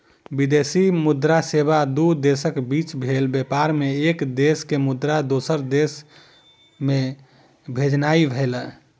विदेशी मुद्रा सेवा दू देशक बीच भेल व्यापार मे एक देश के मुद्रा दोसर देश मे भेजनाइ भेलै